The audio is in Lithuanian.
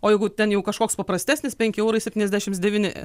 o jeigu ten jau kažkoks paprastesnis penki eurai septyniasdešims devyni